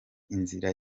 inzira